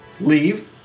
leave